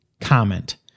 comment